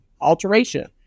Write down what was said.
alteration